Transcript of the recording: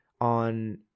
on